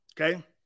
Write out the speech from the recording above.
Okay